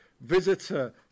visitor